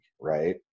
right